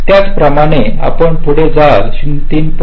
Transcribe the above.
त्याचप्रमाणे आपण पुढे जाल 3